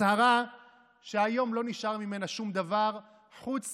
הצהרה שהיום לא נשאר ממנה שום דבר חוץ